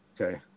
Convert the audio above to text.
Okay